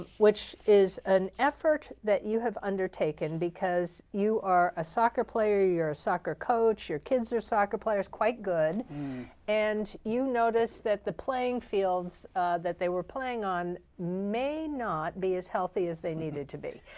which is an effort that you have undertaken because you are a soccer player. you're a soccer coach. your kids are soccer players quite good and you notice that the playing fields that they were playing on may not be as healthy as they needed to be.